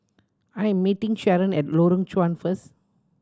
I am meeting Sharon at Lorong Chuan first